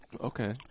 Okay